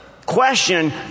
Question